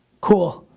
cool.